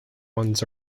ones